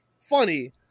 Funny